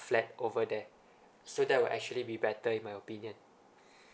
flat over there so that will actually be better in my opinion